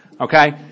okay